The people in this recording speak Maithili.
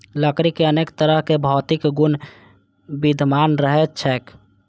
लकड़ी मे अनेक तरहक भौतिक गुण विद्यमान रहैत छैक